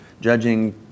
judging